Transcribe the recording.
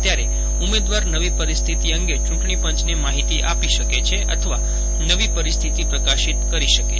ત્યારે ઉમેદવાર નવી પરિસ્થિતિ અંગે ચૂંટણી પંચને માહિતી આપી શકે છે અથવા નવી પરિસ્થિતિ પ્રકાશિત કરી શકે છે